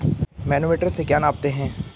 Manometer से क्या नापते हैं?